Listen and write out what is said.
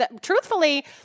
Truthfully